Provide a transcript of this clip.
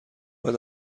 بعد